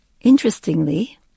Interestingly